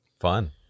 Fun